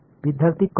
विद्यार्थीः कर्ल